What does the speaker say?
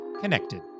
connected